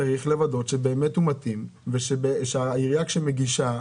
צריך לוודא שבאמת הוא מתאים ושהעירייה כשמגישה,